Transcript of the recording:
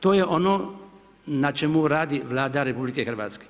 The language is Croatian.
To je ono na čemu radi Vlada RH.